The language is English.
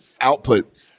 output